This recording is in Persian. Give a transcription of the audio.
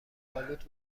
آلود